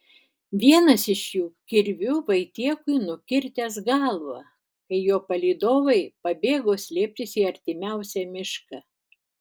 vienas iš jų kirviu vaitiekui nukirtęs galvą kai jo palydovai pabėgo slėptis į artimiausią mišką